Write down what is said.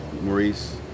Maurice